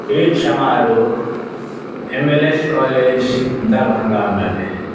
एक समारोह M L S college दरभङ्गामे भेल